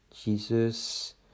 Jesus